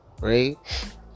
Right